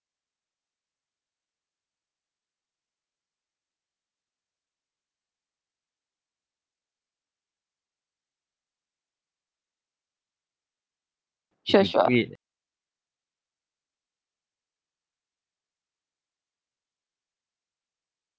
sure sure